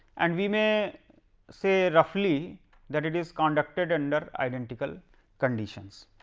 and we may say roughly that it is contacted under identical conditions.